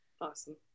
Awesome